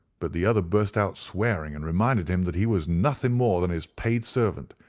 but the other burst out swearing, and reminded him that he was nothing more than his paid servant,